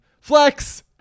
flex